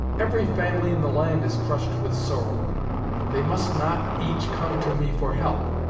every family in the land is crushed with sorrow but they must not each come to me for help.